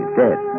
dead